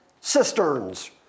cisterns